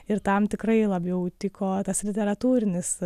ir tam tikrai labiau tiko tas literatūrinis